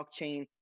blockchain